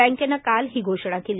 बँकेनं काल ही घोषणा केली